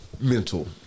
mental